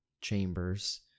chambers